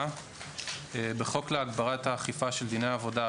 10. בחוק להגברת האכיפה של דיני העבודה,